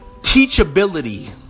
Teachability